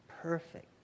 perfect